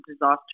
disaster